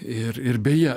ir ir beje